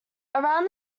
around